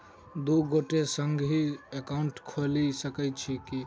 दु गोटे संगहि एकाउन्ट खोलि सकैत छथि की?